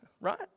right